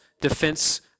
defense